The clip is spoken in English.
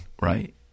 Right